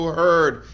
heard